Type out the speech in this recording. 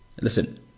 listen